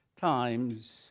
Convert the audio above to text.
times